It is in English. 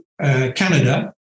Canada